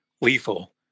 lethal